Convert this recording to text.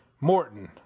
Morton